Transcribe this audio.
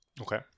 Okay